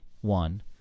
one